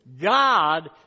God